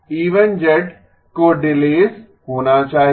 E0 E1 को डिलेस होना चाहिए